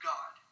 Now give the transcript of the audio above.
God